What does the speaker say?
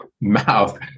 mouth